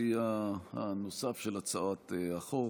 המציע הנוסף של הצעת החוק,